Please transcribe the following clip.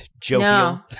jovial